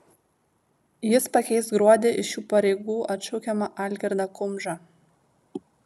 jis pakeis gruodį iš šių pareigų atšaukiamą algirdą kumžą